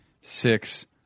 six